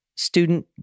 Student